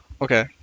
Okay